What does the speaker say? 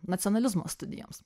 nacionalizmo studijoms